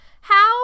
How